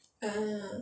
uh